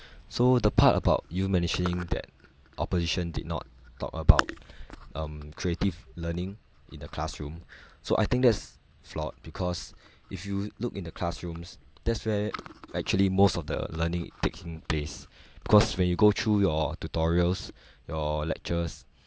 so the part about you mentioning that opposition did not talk about um creative learning in the classroom so I think that's flawed because if you look in the classrooms that's where actually most of the learning taking place cause when you go through your tutorials your lectures